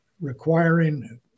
requiring